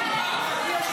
ואטורי?